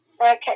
okay